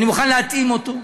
אני מוכן להתאים אותו.